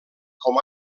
com